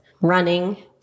running